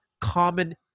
common